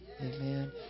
amen